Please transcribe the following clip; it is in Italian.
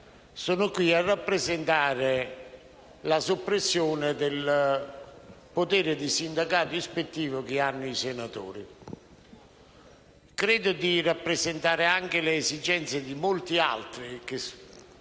sono qui a rappresentare la soppressione del potere di sindacato ispettivo riservato ai senatori. Credo di rappresentare anche le esigenze in ordine a molti altri fatti che sono